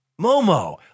Momo